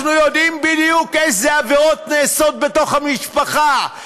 אנחנו יודעים בדיוק איזה עבירות נעשות בתוך המשפחה.